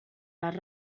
les